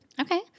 Okay